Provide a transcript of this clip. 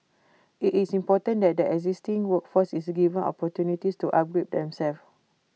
IT is important that the existing workforce is given opportunities to upgrade themselves